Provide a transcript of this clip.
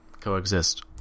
Coexist